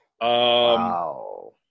Wow